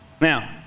Now